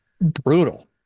Brutal